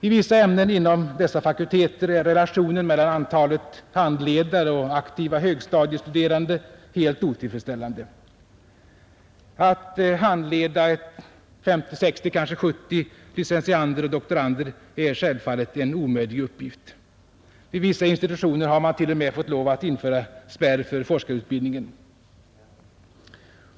I vissa ämnen inom dessa fakulteter är relationen mellan antalet handledare och aktiva högstadiestuderande helt otillfredsställande. Att handleda 50, 60 eller kanske 70 licentiander och doktorander är självfallet en omöjlig uppgift. Vid vissa institutioner har man t.o.m. fått lov att införa spärr för forskarutbildningen.